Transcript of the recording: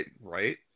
right